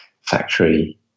factory